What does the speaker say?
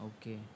Okay